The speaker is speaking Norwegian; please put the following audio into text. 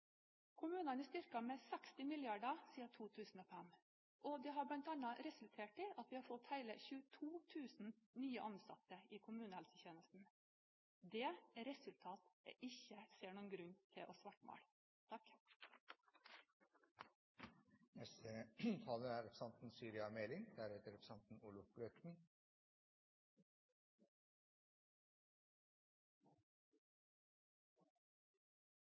Kommunene er blitt styrket med 60 mrd. kr siden 2005. Det har bl.a. resultert i at vi har fått hele 22 000 nye ansatte i kommunehelsetjenesten. Det er resultat jeg ikke ser noen grunn til å svartmale.